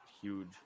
huge